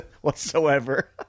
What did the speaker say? whatsoever